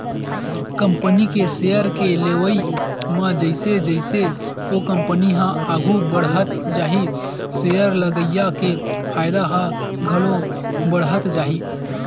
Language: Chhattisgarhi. कंपनी के सेयर के लेवई म जइसे जइसे ओ कंपनी ह आघू बड़हत जाही सेयर लगइया के फायदा ह घलो बड़हत जाही